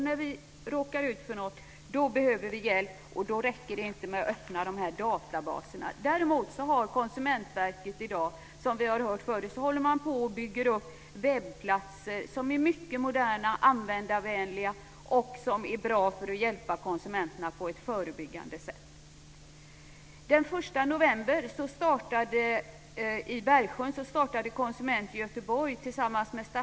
När vi råkar ut för något behöver vi hjälp, och då räcker det inte med att öppna dessa databaser. Däremot håller Konsumentverket, som vi har hört förut, på och bygger upp webbplatser som är mycket moderna och användarvänliga och som kan hjälpa konsumenterna på ett förebyggande sätt. Bergsjön.